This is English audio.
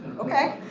ok.